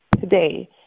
today